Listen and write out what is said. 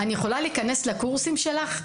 אני יכולה להיכנס לקורסים שלך?